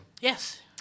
Yes